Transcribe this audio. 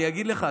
אני אגיד לך,